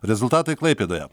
rezultatai klaipėdoje